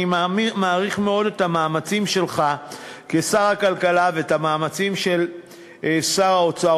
אני מעריך מאוד את המאמצים שלך כשר הכלכלה ואת המאמצים של שר האוצר,